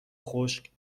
خشک